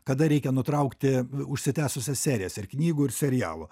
kada reikia nutraukti užsitęsusias serijas ir knygų ir serialų